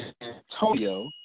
Antonio